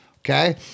okay